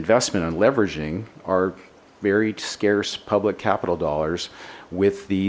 investment on leveraging our varied scarce public capital dollars with the